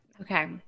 Okay